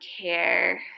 care